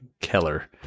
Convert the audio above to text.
Keller